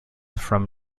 from